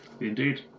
Indeed